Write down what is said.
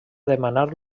demanar